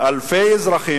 אלפי אזרחים,